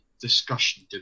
discussion